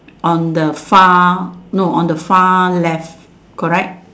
on the far no on the far left correct